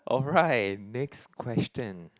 alright next question